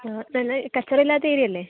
ആ നല്ല കച്ചറയില്ലാത്ത ഏരിയ അല്ലേ